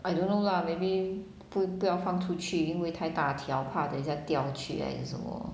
I don't know lah maybe 不不要放出去因为太大条怕等一下掉去还是什么